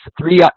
three